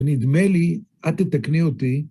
נדמה לי, את תתקני אותי.